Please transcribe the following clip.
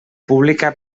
pública